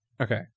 okay